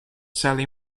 sally